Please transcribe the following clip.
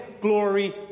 Glory